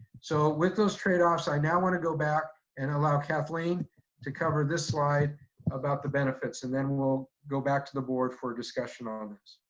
so with those trade offs, i now want to go back and allow kathleen to cover this slide about the benefits. and then we'll go back to the board for discussion on this.